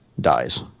dies